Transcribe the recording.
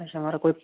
अच्छा कोमहाराज ई